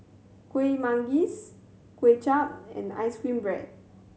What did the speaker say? Kueh Manggis Kway Chap and ice cream bread